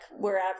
wherever